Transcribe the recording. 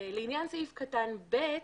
לעניין סעיף קטן (ב),